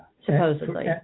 Supposedly